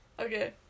Okay